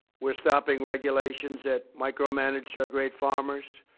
we're stopping regulations that micromanaged our great farmers.